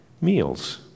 meals